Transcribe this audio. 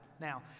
Now